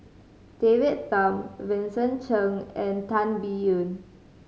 David Tham Vincent Cheng and Tan Biyun